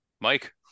Mike